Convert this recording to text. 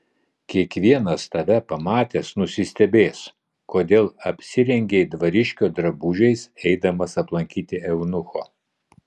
kiekvienas tave pamatęs nusistebės kodėl apsirengei dvariškio drabužiais eidamas aplankyti eunucho